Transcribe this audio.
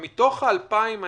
מתוך 2,400 אלה,